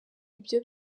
ibyo